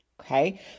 okay